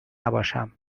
نباشم